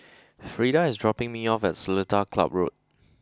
Freda is dropping me off at Seletar Club Road